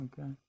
Okay